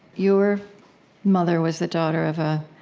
your mother was the daughter of a,